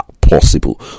possible